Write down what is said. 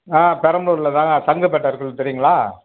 நான் பெரம்பலூரில் தான் சங்குப்பேட்டே இருக்கிறது தெரியுங்களா